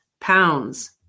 pounds